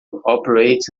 operates